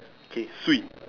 okay Swee